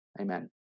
Amen